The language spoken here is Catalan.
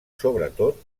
sobretot